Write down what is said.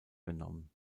genommen